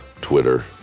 Twitter